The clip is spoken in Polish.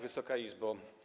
Wysoka Izbo!